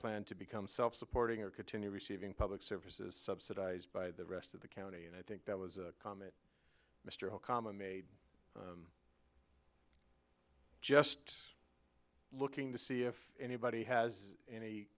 plan to become self supporting or continue receiving public services subsidized by the rest of the county and i think that was a comment mr okama made just looking to see if anybody has any